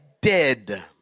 dead